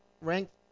ranked